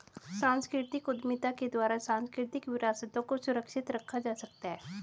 सांस्कृतिक उद्यमिता के द्वारा सांस्कृतिक विरासतों को सुरक्षित रखा जा सकता है